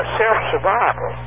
self-survival